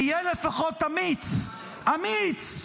תהיה לפחות אמיץ, אמיץ.